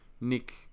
Nick